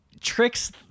tricks